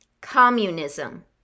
Communism